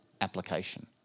application